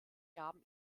gaben